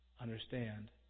Understand